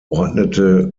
ordnete